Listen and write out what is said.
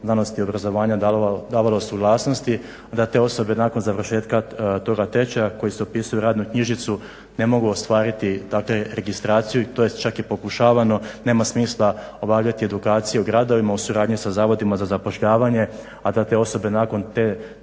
znanosti, obrazovanja davalo suglasnosti, da te osobe nakon završetka toga tečaja koji se upisuje u radnu knjižicu ne mogu ostvariti dakle registraciju i to je čak i pokušavano, nema smisla obavljati edukaciju u gradovima u suradnji sa zavodima za zapošljavanje a da te osobe nakon te, tih